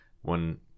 One